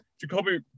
Jacoby